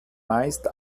meist